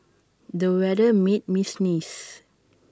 the weather made me sneeze